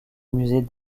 musée